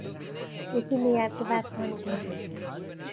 इसीलिए आपके पास फोन किया